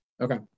Okay